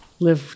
live